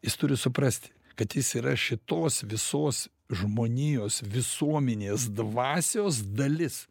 jis turi suprasti kad jis yra šitos visos žmonijos visuomenės dvasios dalis